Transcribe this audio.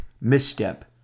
misstep